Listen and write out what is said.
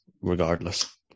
regardless